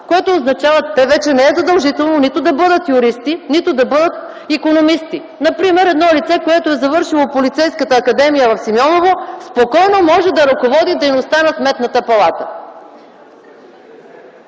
Сметната палата. Те вече не е задължително нито да бъдат юристи, нито да бъдат икономисти. Например едно лице, което е завършило Полицейската академия в Симеоново, спокойно може да ръководи дейността на Сметната палата.